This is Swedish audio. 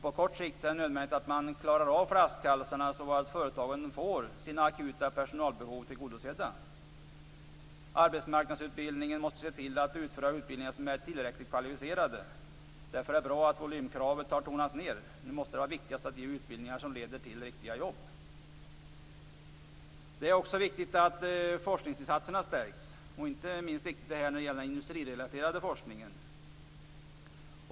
På kort sikt är det nödvändigt att man klarar av flaskhalsarna, så att företagen får sina akuta personalbehov tillgodosedda. Arbetsmarknadsutbildningen måste se till att utföra utbildningar som är tillräckligt kvalificerade. Därför är det bra att volymkravet har tonats ned. Nu måste det viktigaste vara att ge utbildningar som leder till riktiga jobb. Det är också viktigt att forskningsinsatserna stärks. Inte minst viktigt är detta när det gäller den industrirelaterade forskningen.